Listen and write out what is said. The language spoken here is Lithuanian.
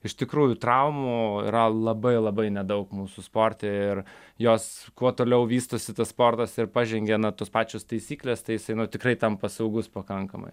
iš tikrųjų traumų yra labai labai nedaug mūsų sporte ir jos kuo toliau vystosi tas sportas ir pažengia na tos pačios taisyklės tai jisai nu tikrai tampa saugus pakankamai